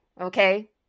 Okay